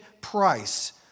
price